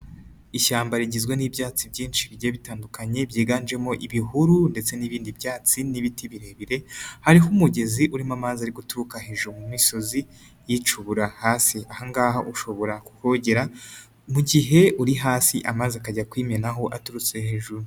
Ishyamba rigizwe n'ibyatsi byinshi bigiye bitandukanye, byiganjemo ibihuru ndetse n'ibindi byatsi n'ibiti birebire, hariho umugezi urimo amazi ari guturuka hejuru mu misozi, yicubura hasi, aha ngaha ushobora kuhogera, mugihe uri hasi amazi akajya akwimenaho aturutse hejuru.